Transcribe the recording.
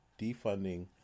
defunding